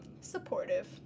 Supportive